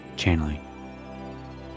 Channeling